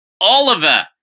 Oliver